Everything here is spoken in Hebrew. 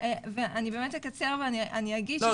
ואני באמת אקצר ואני אגיד.